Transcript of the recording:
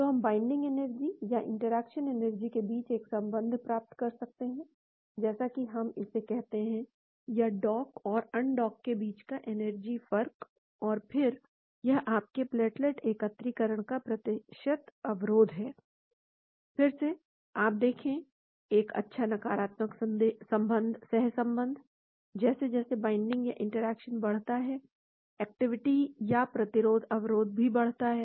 तो हम binding energy या इंटरैक्शन एनर्जी के बीच एक संबंध प्राप्त कर सकते हैं जैसा कि हम इसे कहते हैं या डॉक और अनडॉक के बीच का एनर्जी फ़र्क और फिर यह आपके प्लेटलेट एकत्रीकरण का प्रतिशत अवरोध है फिर से आप देखें एक अच्छा नकारात्मक सहसंबंध जैसे जैसे बाइंडिंग या इंटरैक्शन बढ़ता है एक्टिविटी या प्रतिशत अवरोध भी बढ़ता है